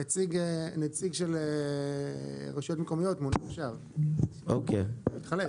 נציג הרשויות המקומיות, שהוא מוכשר מאוד, התחלף.